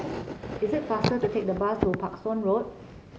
is it faster to take the bus to Parkstone Road